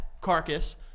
carcass